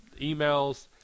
emails